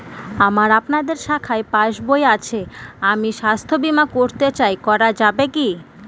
আমার আপনাদের শাখায় পাসবই আছে আমি স্বাস্থ্য বিমা করতে চাই করা যাবে কি?